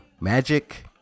magic